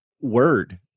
Word